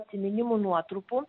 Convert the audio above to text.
atsiminimų nuotrupų